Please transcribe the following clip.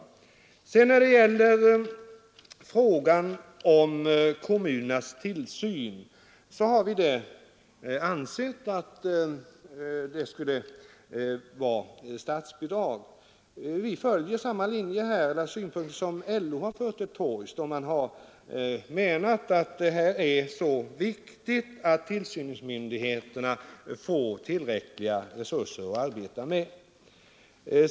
När det sedan gäller frågan om kommunernas tillsyn har vi ansett att statsbidrag bör utgå. Vi har där samma synpunkter som LO har fört till torgs, nämligen att de här frågorna är så viktiga att tillsynsmyndigheterna måste få tillräckliga resurser att arbeta med.